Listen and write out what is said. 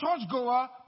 churchgoer